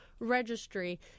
Registry